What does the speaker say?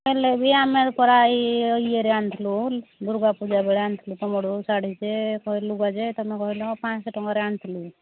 ହେଲେ ବି ଆମେ ପରା ଏଇ ଇଏରେ ଆଣିଥିଲୁ ଦୁର୍ଗା ପୂଜା ବେଳେ ଆଣିଥିଲୁ ତୁମଠୁ ଶାଢ଼ୀ ଯେ କହିଲ ଲୁଗା ଯେ ତୁମେ କହିଲ ପାଞ୍ଚଶହ ଟଙ୍କାରେ ଆଣିଥିଲୁ